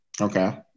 Okay